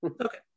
Okay